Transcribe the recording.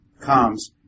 comes